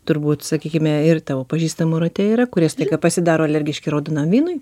turbūt sakykime ir tavo pažįstamų rate yra kurie staiga pasidaro alergiški raudonam vynui